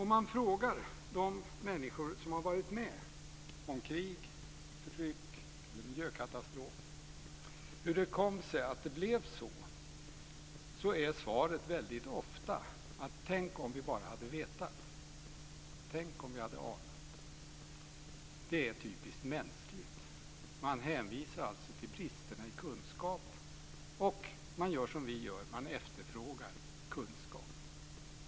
Om man frågar de människor som varit med om krig, förtryck eller miljökatastrofer hur det kom sig att det blev så blir svaret väldigt ofta: Tänk om vi bara hade vetat, tänk om vi hade anat! Det är typiskt mänskligt. Man hänvisar alltså till bristerna i kunskap och gör som vi. Man efterfrågar alltså kunskap.